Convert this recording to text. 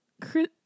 chris